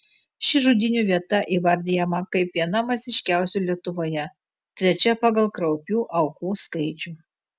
ši žudynių vieta įvardijama kaip viena masiškiausių lietuvoje trečia pagal kraupių aukų skaičių